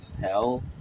Hell